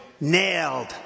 nailed